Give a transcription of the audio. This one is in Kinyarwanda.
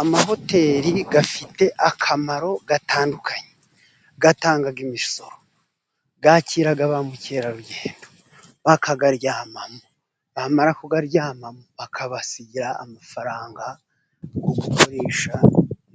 Amahoteri afite akamaro gatandukanye. Atanga imisoro, yakira ba mukerarugendo bakaharyama, bamara kuharyama bakabasigira amafaranga yo gukoresha,